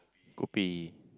kopi